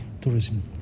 tourism